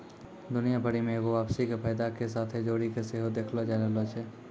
दुनिया भरि मे एगो वापसी के फायदा के साथे जोड़ि के सेहो देखलो जाय रहलो छै